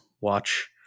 watch